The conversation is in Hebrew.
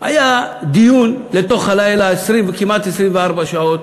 היה דיון לתוך הלילה, כמעט 24 שעות,